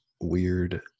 weird